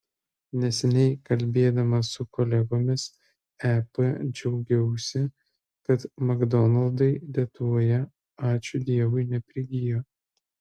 neseniai kalbėdama su kolegomis ep džiaugiausi kad makdonaldai lietuvoje ačiū dievui neprigijo